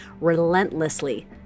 relentlessly